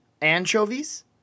anchovies